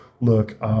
Look